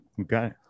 Okay